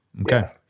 Okay